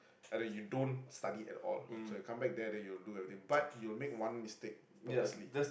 and then you don't study at all so you come back there then you will do everything but you will make one mistake purposely